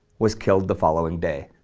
was killed the following day.